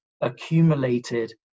accumulated